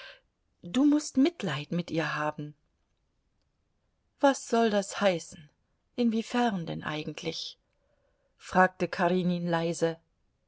du mußt mitleid mit ihr haben was soll das heißen inwiefern denn eigentlich fragte karenin leise